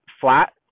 flat